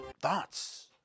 Thoughts